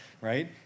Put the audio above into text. right